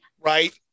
right